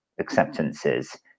acceptances